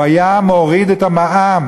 הוא היה מוריד את המע"מ,